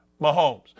Mahomes